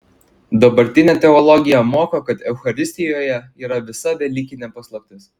dabartinė teologija moko kad eucharistijoje yra visa velykinė paslaptis